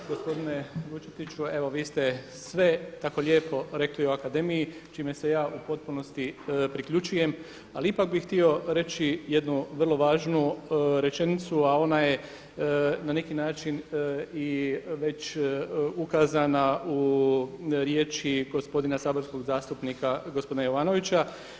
Gospodine Vučetiću, evo vi ste sve tako lijepo rekli o akademiji čime se ja u potpunosti priključujem, ali ipak bih htio reći jednu vrlo važnu rečenicu, a ona je na neki način i već ukazana u riječi gospodina saborskog zastupnika gospodina Jovanovića.